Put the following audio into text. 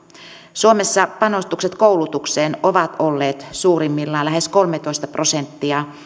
suomessa panostukset koulutukseen ovat olleet suurimmillaan lähes kolmetoista prosenttia